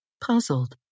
Puzzled